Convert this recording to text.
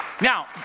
now